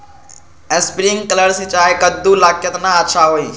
Sprinkler सिंचाई कददु ला केतना अच्छा होई?